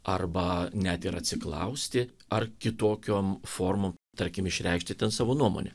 arba net ir atsiklausti ar kitokiom formom tarkim išreikšti ten savo nuomonę